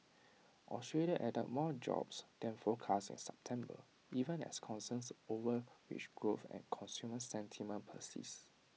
Australia added more jobs than forecast in September even as concerns over wage growth and consumer sentiment persist